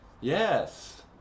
Yes